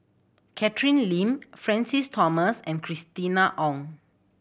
Catherine Lim Francis Thomas and Christina Ong